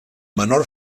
menor